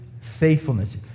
faithfulness